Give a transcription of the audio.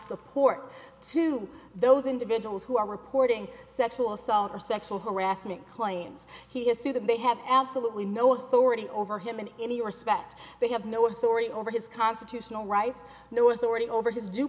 support to those individuals who are reporting sexual assault or sexual harassment claims he has sued them they have absolutely no authority over him in any respect they have no authority over his constitutional rights no authority over his